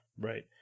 Right